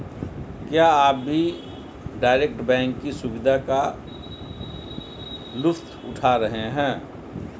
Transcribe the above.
क्या आप भी डायरेक्ट बैंक की सुविधा का लुफ्त उठा रहे हैं?